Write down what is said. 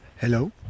Hello